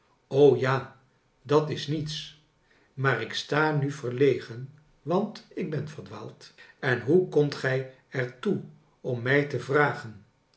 ja dat is niets maar ik sta nu verlegen want ik ben verdwaald en hoe komt gij er toe om mij te vragen